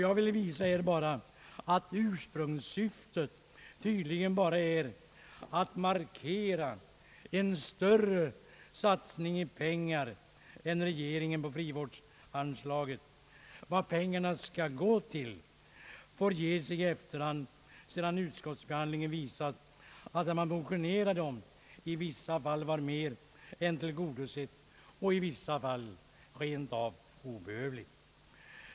Jag vill bara visa att det ursprungliga syftet tydligen är att markera en större satsning i pengar än regeringen föreslår när det gäller frivårdsanslaget. Vad pengarna skall gå till får bestämmas i efterhand, sedan utskottsbehandlingen gett vid handen att vad man motionerade om i vissa fall har mer än tillgodosetts och i vissa fall varit rentav obehövligt.